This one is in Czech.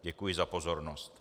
Děkuji za pozornost.